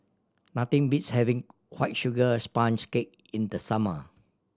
nothing beats having White Sugar Sponge Cake in the summer